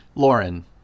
Lauren